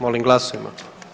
Molim glasujmo.